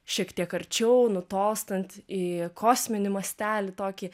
šiek tiek arčiau nutolstant į kosminį mastelį tokį